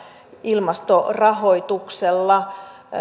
ilmastorahoituksella